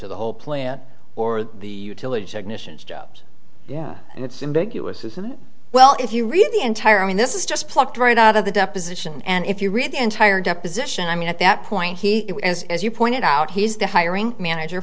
to the whole plan or the utility technicians jobs yeah and it's in big us isn't well if you read the entire i mean this is just plucked right out of the deposition and if you read the entire deposition i mean at that point he has as you pointed out he's the hiring manager